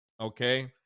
okay